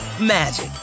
magic